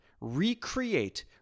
recreate